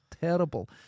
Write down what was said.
terrible